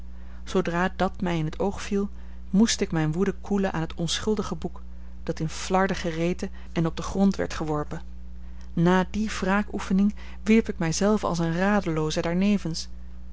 zoodra dat mij in t oog viel moest ik mijne woede koelen aan het onschuldige boek dat in flarden gereten en op den grond werd geworpen na die wraakoefening wierp ik mij zelve als eene radelooze daar nevens